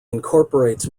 incorporates